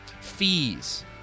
fees